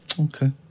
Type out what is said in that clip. Okay